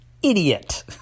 idiot